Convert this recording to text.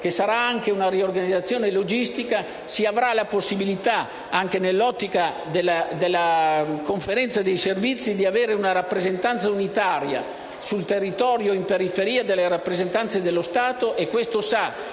che sarà anche di tipo logistico, si avrà la possibilità, anche nell'ottica della Conferenza dei servizi, di avere una rappresentanza unitaria sul territorio, e in periferia delle rappresentanze dello Stato. E chi